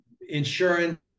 Insurance